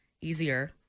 easier